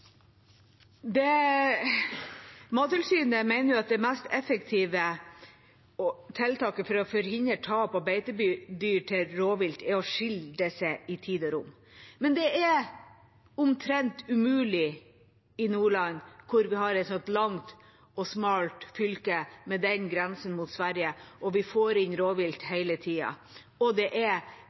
foreligger. Mattilsynet mener at det mest effektive tiltaket for å forhindre tap av beitedyr til rovvilt er å skille disse i tid og rom. Men det er omtrent umulig i Nordland, som er et så langt og smalt fylke, med grense mot Sverige, hvorfra vi får inn rovvilt hele tida. Det er